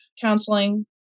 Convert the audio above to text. counseling